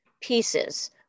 pieces